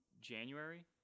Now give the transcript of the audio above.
january